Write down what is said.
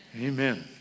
Amen